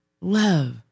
love